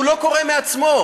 הוא לא קורה מעצמו.